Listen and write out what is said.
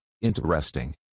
interesting